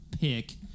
pick